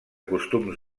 costums